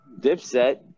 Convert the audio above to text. Dipset